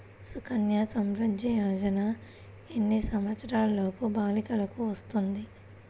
సుకన్య సంవృధ్ది యోజన ఎన్ని సంవత్సరంలోపు బాలికలకు వస్తుంది?